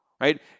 Right